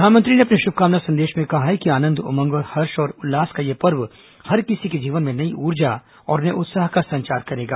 प्रधानमंत्री ने अपने शुभकामना संदेश में कहा है कि आनंद उमंग हर्ष और उल्लास का यह पर्व हर किसी को जीवन में नई ऊर्जा और नये उत्साह का संचार करेगा